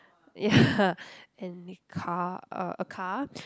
ya and need car uh a car